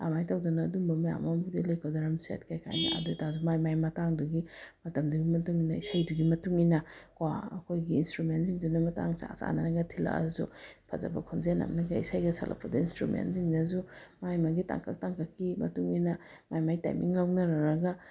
ꯑꯃꯥꯏꯅ ꯇꯧꯗꯅ ꯑꯗꯨꯝꯕ ꯃꯌꯥꯝ ꯑꯃꯕꯨꯗꯤ ꯂꯩꯀꯣ ꯗ꯭ꯔꯝ ꯁꯦꯠ ꯀꯩꯀꯥ ꯑꯗꯣꯏ ꯇꯔꯁꯨ ꯃꯥꯒꯤ ꯃꯥꯒꯤ ꯃꯇꯥꯡꯗꯨꯒꯤ ꯃꯇꯝꯗꯨꯒꯤ ꯃꯇꯨꯡ ꯏꯟꯅ ꯏꯁꯩꯗꯨꯒꯤ ꯃꯇꯨꯡ ꯏꯟꯅ ꯀꯣ ꯑꯩꯈꯣꯏꯒꯤ ꯏꯟꯇ꯭ꯔꯨꯃꯦꯟꯁꯤꯡꯗꯨꯅ ꯃꯇꯥꯡ ꯆꯥ ꯆꯥꯅꯒ ꯊꯤꯜꯂꯛꯑꯁꯨ ꯐꯖꯕ ꯈꯣꯟꯖꯦꯜ ꯑꯃꯅꯒ ꯏꯁꯩꯒ ꯁꯛꯂꯛꯄꯗꯣ ꯏꯟꯁꯇ꯭ꯔꯨꯃꯦꯟꯁꯤꯡꯁꯤꯅꯁꯨ ꯃꯥꯒꯤ ꯃꯥꯒꯤ ꯇꯥꯡꯀꯛ ꯇꯥꯡꯀꯛꯀꯤ ꯃꯇꯨꯡ ꯏꯟꯅ ꯃꯥꯒꯤ ꯃꯥꯒꯤ ꯇꯥꯏꯃꯤꯡ ꯉꯥꯡꯅꯔꯨꯔꯒ